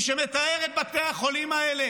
מי שמטהר את בתי החולים האלה